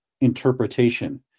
interpretation